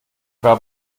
war